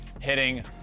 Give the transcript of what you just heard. hitting